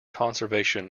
conservation